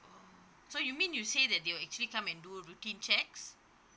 oh so you mean you say that they will actually come and do routine checks